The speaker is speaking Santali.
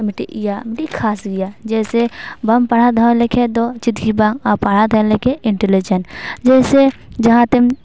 ᱢᱤᱫᱴᱤᱡ ᱤᱭᱟᱹ ᱟᱹᱰᱤ ᱠᱷᱟᱥ ᱜᱮᱭᱟ ᱡᱮᱥᱮ ᱵᱟᱢ ᱯᱟᱲᱦᱟᱜ ᱫᱚᱦᱚᱞᱮᱠᱷᱟᱡ ᱫᱚ ᱪᱮᱫ ᱜᱮ ᱵᱟᱝ ᱟᱨ ᱯᱟᱲᱦᱟᱜ ᱫᱟᱲᱮ ᱞᱟᱹᱜᱤᱫ ᱤᱱᱴᱮᱞᱮᱡᱮᱱᱴ ᱡᱮᱭᱥᱮ ᱡᱟᱦᱟᱸ ᱛᱮᱢ